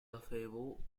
upheaval